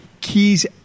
Keys